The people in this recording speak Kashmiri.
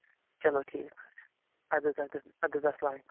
چلو ٹھیٖک حظ چھُ اَدٕ حظ اَدٕ حظ اَدٕ حظ اَسَلام عیکُم